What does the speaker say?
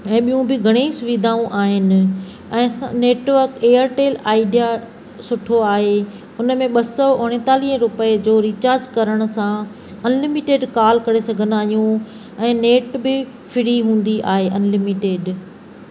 इहे ॿियूं बि घणी सुविधाऊं आहिनि ऐं असां नेटवर्क एयरटेल आइडिया सुठो आहे हुन में ॿ सौ उणतालीह रुपए जो रिचार्ज करण सां अनलिमिटेड कॉल करे सघंदा आहियूं ऐं नेट बि फ्री हूंदी आहे अनलिमिटेड